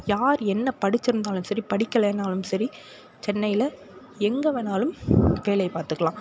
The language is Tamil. யார் என்ன படிச்சுருந்தாலும் சரி படிக்கேலேனாலும் சரி சென்னையில் எங்கே வேண்ணாலும் வேலை பார்த்துக்கலாம்